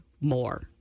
more